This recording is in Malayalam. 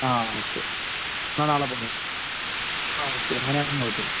ഒക്കെ നാളെ അപ്പം വന്നോ ഓക്കെ എങ്ങനെ ആണേലും കുഴപ്പമില്ല